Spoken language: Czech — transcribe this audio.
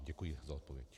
Děkuji za odpověď.